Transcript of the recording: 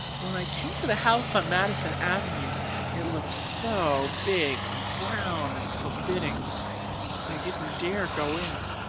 when i came to the house on madison avenue it looked so big and brown and forbidding that i didn't dare go in,